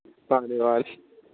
ꯃꯥꯟꯅꯤ ꯃꯥꯟꯅꯤ